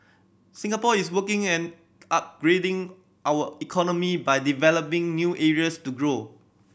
Singapore is working an upgrading our economy by developing new areas to grow